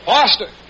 Foster